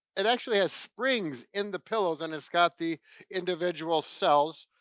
it actually has springs in the pillows. and it's got the individual cells